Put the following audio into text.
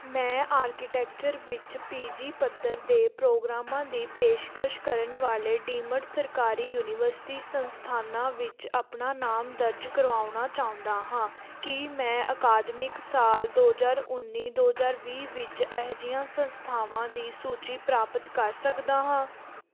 ਮੈਂ ਆਰਕੀਟੈਕਚਰ ਵਿੱਚ P G ਪੱਧਰ ਦੇ ਪ੍ਰੋਗਰਾਮਾਂ ਦੀ ਪੇਸ਼ਕਸ਼ ਕਰਨ ਵਾਲੇ ਡੀਮਡ ਸਰਕਾਰੀ ਯੂਨੀਵਰਸਿਟੀ ਸੰਸਥਾਨਾਂ ਵਿੱਚ ਆਪਣਾ ਨਾਮ ਦਰਜ ਕਰਵਾਉਣਾ ਚਾਹੁੰਦਾ ਹਾਂ ਕੀ ਮੈਂ ਅਕਾਦਮਿਕ ਸਾਲ ਦੋ ਹਜ਼ਾਰ ਉੱਨੀ ਦੋ ਹਜ਼ਾਰ ਵੀਹ ਵਿੱਚ ਅਜਿਹੀਆਂ ਸੰਸਥਾਵਾਂ ਦੀ ਸੂਚੀ ਪ੍ਰਾਪਤ ਕਰ ਸਕਦਾ ਹਾਂ